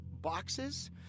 boxes